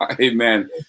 Amen